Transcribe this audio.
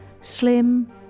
slim